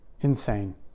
Insane